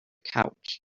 couch